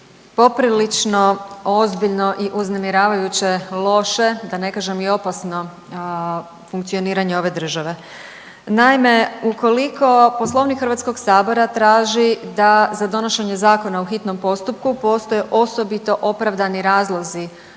poprilično ozbiljno i uznemiravajuće loše, da ne kažem i opasno funkcioniranje ove države. Naime, ukoliko Poslovnik HS-a traži da za donošenje zakona u hitnom postupku postoje osobito opravdani razlozi